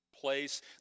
place